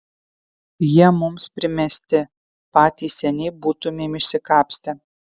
jie mums primesti patys seniai būtumėm išsikapstę